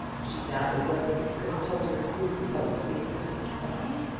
she doubted whether he could have told her who composed the existing cabinet,